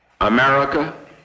America